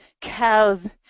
cows